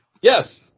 yes